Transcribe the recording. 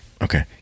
Okay